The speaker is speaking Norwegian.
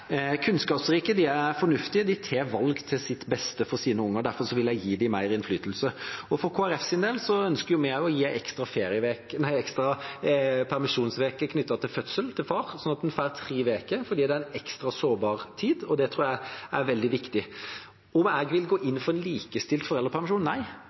fornuftige, at de tar valg til beste for sine unger, og derfor vil jeg gi dem mer innflytelse. For Kristelig Folkepartis del: Vi ønsker å gi en ekstra permisjonsuke til far knyttet til fødsel, slik at en får tre uker, fordi det er en ekstra sårbar tid. Det tror jeg er veldig viktig. Om jeg vil gå inn for en likestilt foreldrepermisjon? Nei,